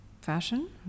fashion